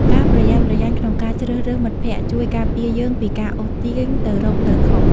ការប្រយ័ត្នប្រយែងក្នុងការជ្រើសរើសមិត្តភក្តិ ជួយការពារយើងពីការអូសទាញទៅរកផ្លូវខុស។